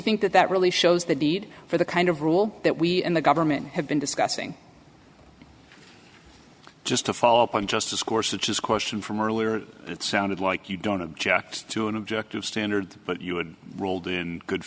think that that really shows the need for the kind of rule that we and the government have been discussing just to follow up on just discourse which is question from earlier it sounded like you don't object to an objective standard but you would rolled in good